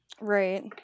Right